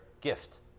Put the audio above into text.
gift